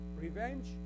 Revenge